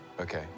Okay